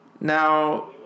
Now